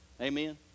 Amen